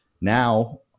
now